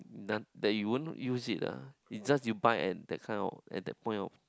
noth~ that you won't use it ah it's you just you buy at that kind of at that point of